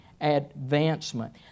advancement